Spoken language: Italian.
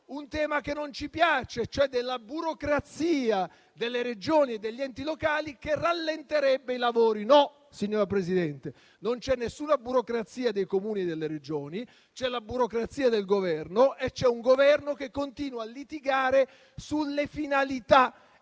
un tema che non ci piace, cioè ossia quello della burocrazia delle Regioni e degli enti locali che rallenterebbe i lavori. No, signora Presidente, non c'è nessuna burocrazia dei Comuni e delle Regioni; c'è la burocrazia del Governo e c'è un Governo che continua a litigare sulle finalità ed